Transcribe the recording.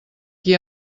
qui